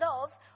love